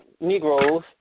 Negroes